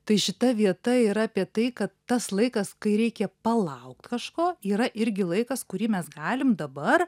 tai šita vieta yra apie tai kad tas laikas kai reikia palaukt kažko yra irgi laikas kurį mes galim dabar